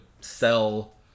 sell